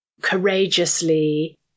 courageously